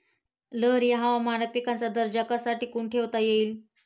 लहरी हवामानात पिकाचा दर्जा कसा टिकवून ठेवता येईल?